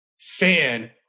fan